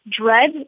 dread